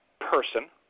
person